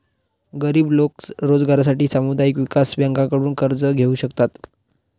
गरीब लोक रोजगारासाठी सामुदायिक विकास बँकांकडून कर्ज घेऊ शकतात